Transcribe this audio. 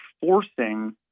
forcing